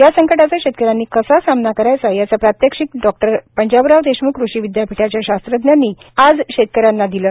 या संकटाचा शेतकऱ्यांनी कसा सामना करायचा यांचे प्रात्यक्षिक डॉक्टर पंजाबराव देशम्ख कृषी विद्यापीठाच्या शास्त्रज्ञांनी आज शेतकऱ्यांना दिले